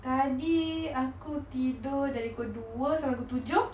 tadi aku tidur dari kul dua sampai kul tujuh